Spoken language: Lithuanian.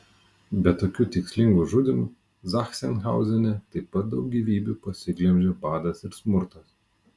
be tokių tikslingų žudymų zachsenhauzene taip pat daug gyvybių pasiglemžė badas ir smurtas